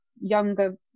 younger